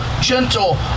gentle